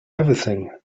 everything